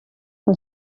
van